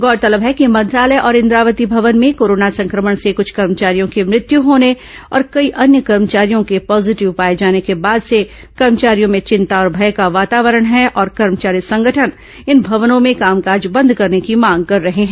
गौरतलब है कि मंत्रालय और इंद्रावती भवन में कोरोना संक्रमण से कुछ कर्मचारियों की मृत्यु होने और कई अन्य कर्मचारियों के पॉजीटिव पाए जाने के बाद से कर्मचारियों में चिंता और भय का वातावरण है और कर्मचारी संगठन इन भवनों में कामकाज बंद करने की मांग कर रहे हैं